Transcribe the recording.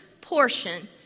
portion